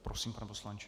Prosím, pane poslanče.